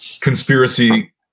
conspiracy